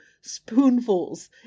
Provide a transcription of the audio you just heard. spoonfuls